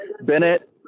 Bennett